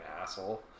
asshole